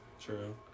True